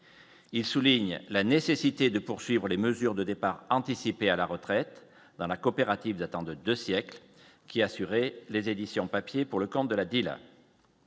il souligne la nécessité de poursuivre les mesures de départs anticipés à la retraite dans la coopérative datant de 2 siècles qui assuré les éditions papier pour le compte de la